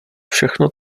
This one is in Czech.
všechno